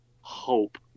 hope